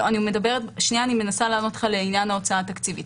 אני עונה לך לגבי ההוצאה התקציבית.